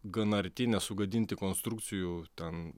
gana arti nesugadinti konstrukcijų ten